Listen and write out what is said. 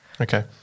Okay